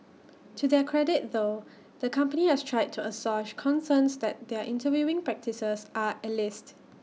to their credit though the company has tried to assuage concerns that their interviewing practices are elitist